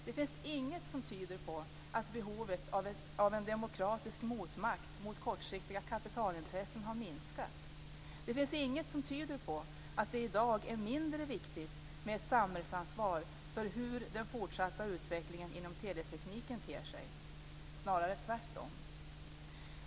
Det finns inget som tyder på att behovet av en demokratisk motmakt mot kortsiktiga kapitalintressen har minskat. Det finns inget som tyder på att det i dag är mindre viktigt med ett samhällsansvar för hur den fortsatta utvecklingen inom teletekniken ter sig, snarare tvärtom.